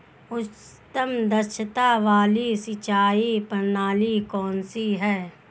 उच्चतम दक्षता वाली सिंचाई प्रणाली कौन सी है?